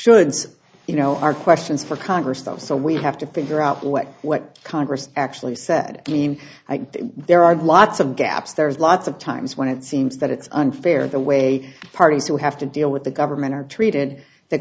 should say you know are questions for congress stuff so we have to figure out what what congress actually said i mean there are lots of gaps there's lots of times when it seems that it's unfair the way parties who have to deal with the government are treated the